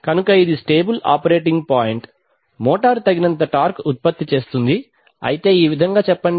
కనుక ఇది stable operating point motor తగినంత టార్క్ను ఉత్పత్తి చేస్తుంది అయితే ఈ విధంగా చెప్పండి